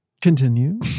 Continue